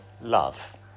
love